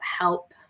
help